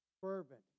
fervent